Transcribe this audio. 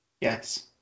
Yes